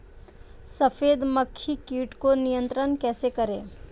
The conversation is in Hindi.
सफेद मक्खी कीट को नियंत्रण कैसे करें?